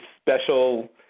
special